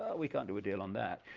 we cannot do a deal on that.